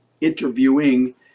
interviewing